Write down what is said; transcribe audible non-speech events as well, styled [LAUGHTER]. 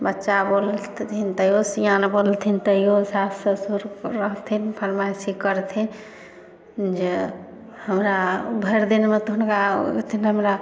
बच्चा बोलथिन तइयो सियान बोलथिन तइयो सासु ससुर रहथिन फरमाइशी करथिन जे हमरा भरि दिनमे तऽ हुनका [UNINTELLIGIBLE]